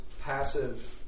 passive